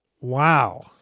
Wow